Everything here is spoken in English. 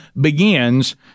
begins